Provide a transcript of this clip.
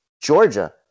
Georgia